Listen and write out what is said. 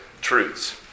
truths